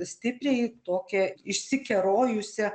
stipriai tokią išsikerojusią